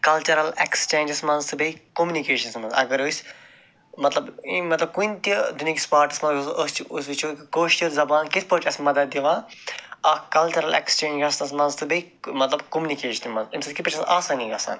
cultural exchanges منٛز تہٕ بیٚیہِ کوٚمنِکیشنَس منٛز اگر أسۍ مطلب ٲں مطلب کُنہِ تہِ ٲں دُنیاہکِس پارٹَس منٛز أسۍ چھِ أسۍ وُچھو کٲشِر زبان کِتھ پٲٹھۍ چھِ اسہِ مدد دِوان اَکھ کَلچَرَل ایٚکٕسچینٛج گژھنَس منٛز تہٕ بیٚیہِ مطلب کوٚمنِکیشنہِ منٛز اَمہِ ستۍ کِتھ پٲٹھۍ چھِ اسہِ آسٲنی گژھان